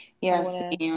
yes